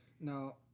Now